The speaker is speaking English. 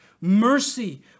mercy